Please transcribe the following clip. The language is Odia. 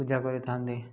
ପୂଜା କରିଥାନ୍ତି